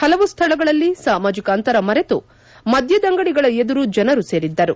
ಹಲವು ಸ್ಥಳಗಳಲ್ಲಿ ಸಾಮಾಜಿಕ ಅಂತರ ಮರೆತು ಮದ್ಯದಂಗಡಿಗಳ ಎದುರು ಜನರು ಸೇರಿದ್ದರು